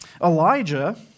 Elijah